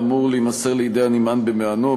אמור להימסר לידי הנמען במענו.